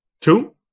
Two